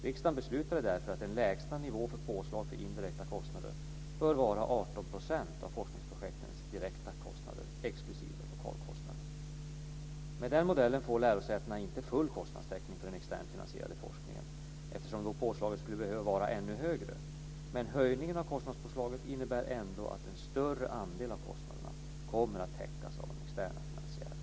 Riksdagen beslutade därför att en lägsta nivå för påslag för indirekta kostnader bör vara 18 % av forskningsprojektens direkta kostnader, exklusive lokalkostnader. Med den modellen får lärosätena inte full kostnadstäckning för den externt finansierade forskningen, eftersom påslaget då skulle behöva vara ännu högre, men höjningen av kostnadspåslaget innebär ändå att en större andel av kostnaderna kommer att täckas av de externa finansiärerna.